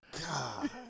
God